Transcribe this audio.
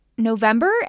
November